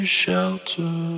shelter